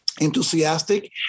enthusiastic